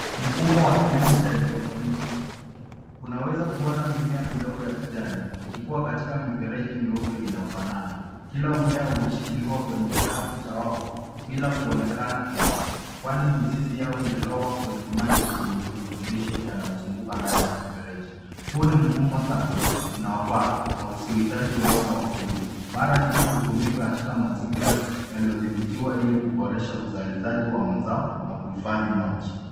Mfumo wa kilimo cha hydroponiki unaweza kuona mimea midogo ya kijani ikikuwa katika mifereji meupe inayofanana ,kila mmea umeshikiliwa kwenye kikapu cha wavu bila kuonekana udongo kwani mizizi yao ungelowa kwenye maji yenye virutubisho yanayozunguka ndani ya mifereji ,huu ni mfumo safi unawafaa na usiohitaji udongo wa kulima ,mara nyingi hutumika katika mazingira yaliyodhibitiwa ili kuboresha uzalishaji wa mazao na kuifanya.